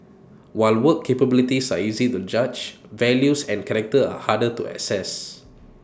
while work capabilities are easy to judge values and character are harder to assess